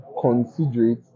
considerate